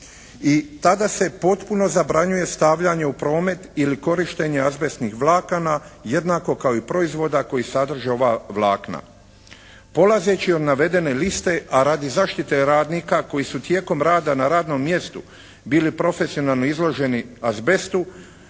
i tada se potpuno zabranjuje stavljanje u promet ili korištenje azbestnih vlakana jednako kao i proizvoda koji sadrže ova vlakna. Polazeći od navedene liste a radi zaštite radnika koji su tijekom rada na radnom mjestu bili profesionalno izloženi azbestu